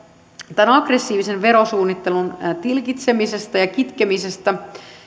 tämän aggressiivisen verosuunnittelun tilkitsemisestä ja kitkemisestä